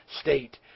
state